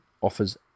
offers